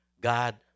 God